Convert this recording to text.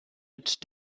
mit